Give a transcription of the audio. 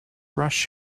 rush